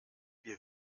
wir